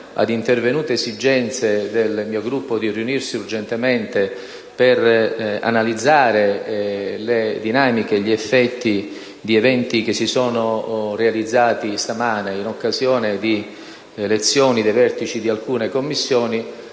a intervenute esigenze del mio Gruppo di riunirsi urgentemente per analizzare le dinamiche e gli effetti di eventi che si sono realizzati stamani in occasione dell'elezione dei vertici di alcune Commissioni,